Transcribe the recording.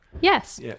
Yes